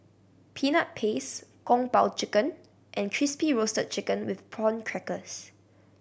Peanut Paste Kung Po Chicken and Crispy Roasted Chicken with Prawn Crackers